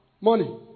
Money